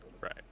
Right